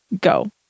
Go